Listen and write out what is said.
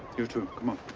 you too. come on.